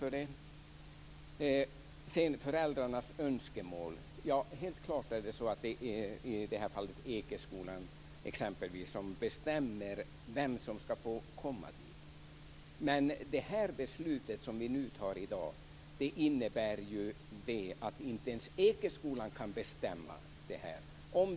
När det gäller föräldrarnas önskemål är det helt klart att det, som i det här fallet, är Ekeskolan som bestämmer vilka som ska få komma dit. Men det beslut som vi fattar i dag innebär ju att inte ens Ekeskolan kan bestämma detta.